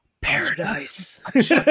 paradise